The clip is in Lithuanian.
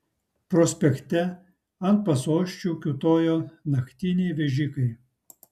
prospekte ant pasosčių kiūtojo naktiniai vežikai